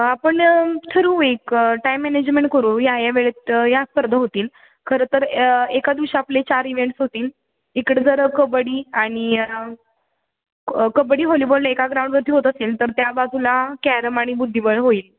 आपण ठरवू एक टाईम मॅनेजमेंट करू या या वेळेत या स्पर्धा होतील खरं तर एका दिवशी आपले चार इवेंट्स होतील इकडं जर कबड्डी आणि क कबड्डी हॉलीबॉल एका ग्राउंडवरती होत असेल तर त्या बाजूला कॅरम आणि बुद्धिबळ होईल